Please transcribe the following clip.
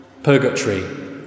Purgatory